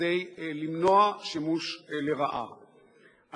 וממילא איך לאסור את השימוש לרעה ב"כוח"